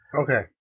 Okay